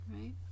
right